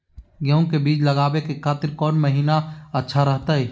गेहूं के बीज लगावे के खातिर कौन महीना अच्छा रहतय?